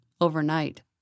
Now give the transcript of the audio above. overnight